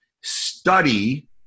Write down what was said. Study